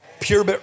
Pure